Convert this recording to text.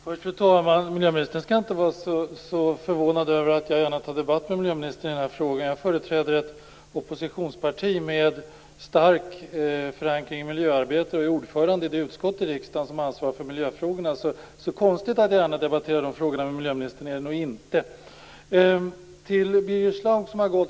Fru talman! Miljöministern skall inte vara så förvånad över att jag gärna tar en debatt med henne i den här frågan. Jag företräder ju ett oppositionsparti med stark förankring i miljöarbetet och är dessutom ordförande i det utskott i riksdagen som har ansvaret för miljöfrågorna. Det är nog alltså inte så konstigt att jag gärna debatterar miljöfrågor med miljöminstern. Birger Schlaug har nu lämnat denna sal.